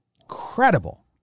incredible